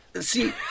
See